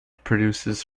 produces